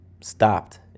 stopped